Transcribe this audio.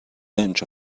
bunch